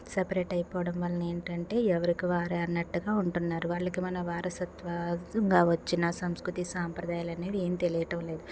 separate అయిపోవడం వల్ల ఏంటంటే ఎవరికి వారే అన్నట్టుగా ఉంటున్నారు వాళ్లకి మనం వారసత్వ కావచ్చు సంస్కృతి సాంప్రదాయాలని ఏం తెలియటం లేదు